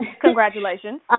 Congratulations